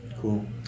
Cool